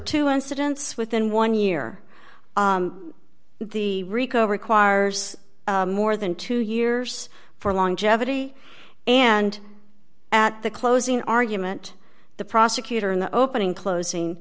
two incidents within one year the rico requires more than two years for longevity and at the closing argument the prosecutor in the opening closing